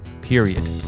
period